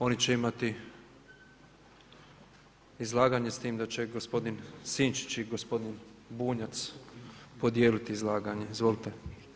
Oni će imati izlaganja s tim, da će gospodin Sinčić i gospodin Bunjac podijeliti izlaganje, izvolite.